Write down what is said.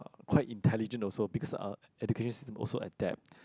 quite intelligent also because uh education system also adapt